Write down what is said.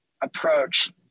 approach